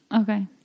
Okay